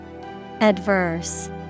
Adverse